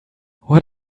what